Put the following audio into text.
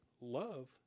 Love